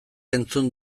entzun